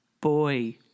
boy